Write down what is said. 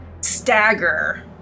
stagger